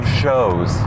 shows